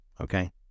okay